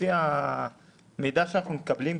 לפי המידע שאנחנו מקבלים,